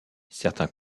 certains